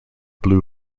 blue